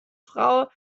frau